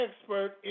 expert